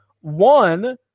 one